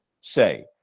say